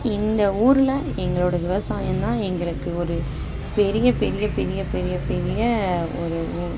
இந்த ஊரில் எங்களோடய விவசாயம் தான் எங்களுக்கு ஒரு பெரிய பெரிய பெரிய பெரிய பெரிய ஒரு